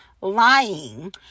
lying